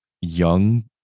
young